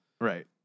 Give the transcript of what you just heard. right